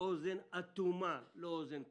אוזן אטומה, לא אוזן כרויה,